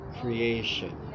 creation